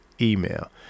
email